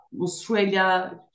Australia